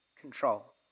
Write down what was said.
control